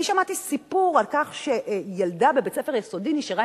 אני שמעתי סיפור על כך שילדה בבית-ספר יסודי נשארה